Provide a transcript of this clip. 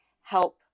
help